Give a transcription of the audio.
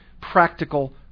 practical